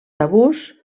tabús